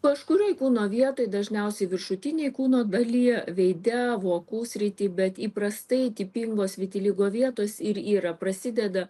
kažkurioj kūno vietoj dažniausiai viršutinėj kūno daly veide vokų srity bet įprastai tipingos vitiligo vietos ir yra prasideda